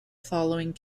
following